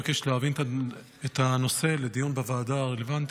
אבקש להעביר את הנושא לדיון בוועדה הרלוונטית,